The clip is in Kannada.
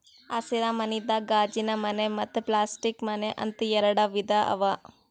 ಹಸಿರ ಮನಿದಾಗ ಗಾಜಿನಮನೆ ಮತ್ತ್ ಪ್ಲಾಸ್ಟಿಕ್ ಮನೆ ಅಂತ್ ಎರಡ ವಿಧಾ ಅವಾ